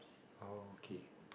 oh okay